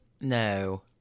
No